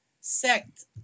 sect